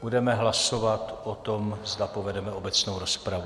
Budeme hlasovat o tom, zda povedeme obecnou rozpravu.